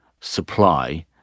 supply